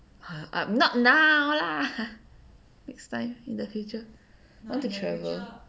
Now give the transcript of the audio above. uh not now lah next time in the future I want to travel